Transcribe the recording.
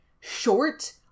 short